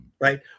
Right